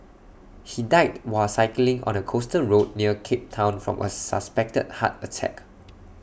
he died while cycling on A coastal road near cape Town from A suspected heart attack